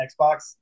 Xbox